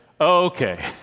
okay